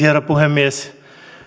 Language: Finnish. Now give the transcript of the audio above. herra puhemies